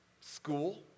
school